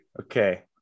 okay